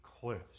cliffs